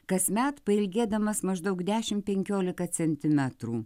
kasmet pailgėdamas maždaug dešim penkiolika centimetrų